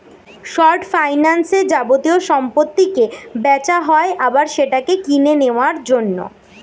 short ফাইন্যান্সে যাবতীয় সম্পত্তিকে বেচা হয় আবার সেটাকে কিনে নেওয়ার জন্য